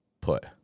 put